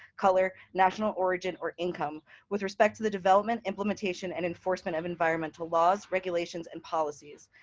color, national origin, or income, with respect to the development, implementation, and enforcement of environmental laws, regulations, and policies.